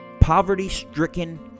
poverty-stricken